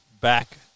back